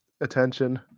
attention